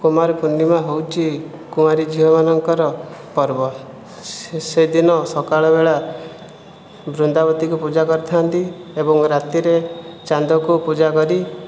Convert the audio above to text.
କୁମାର ପୂର୍ଣ୍ଣିମା ହେଉଛି କୁଆଁରୀ ଝିଅମାନଙ୍କର ପର୍ବ ସେଦିନ ସକାଳ ବେଳା ବୃନ୍ଦାବତୀକୁ ପୂଜା କରିଥାନ୍ତି ଏବଂ ରାତିରେ ଚାନ୍ଦକୁ ପୂଜା କରି